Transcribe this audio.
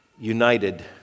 united